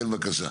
כן, בבקשה.